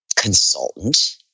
consultant